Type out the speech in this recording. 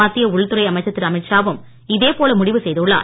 மத்திய உள்துறை அமைச்சர் திரு அமீத் ஷா வும் இதேபோல முடிவு செய்துள்ளார்